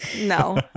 No